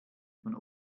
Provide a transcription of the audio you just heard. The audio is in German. von